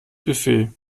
buffet